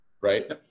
right